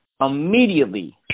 immediately